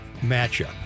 matchup